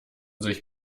sich